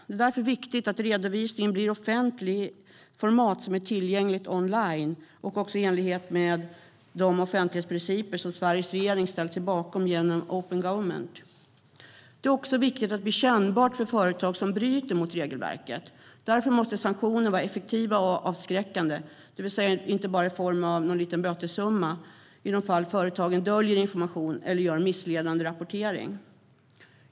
Det är därför viktigt att redovisningen blir offentlig i ett format som är tillgängligt online, och i enlighet med de offentlighetsprinciper som Sveriges regering ställt sig bakom genom open government. Det är också viktigt att det blir kännbart för företagen som bryter mot regelverket. Därför måste sanktioner vara effektiva och avskräckande, inte bara i form av en liten bötessumma, i de fall företag döljer information eller gör en missledande rapportering.